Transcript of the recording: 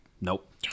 Nope